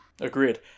agreed